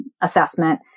assessment